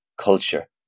culture